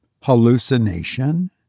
hallucination